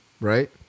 right